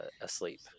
asleep